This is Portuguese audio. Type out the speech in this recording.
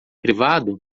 privado